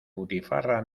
butifarra